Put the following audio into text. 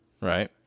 Right